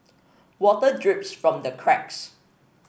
water drips from the cracks